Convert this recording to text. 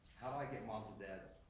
how do i get moms and dads,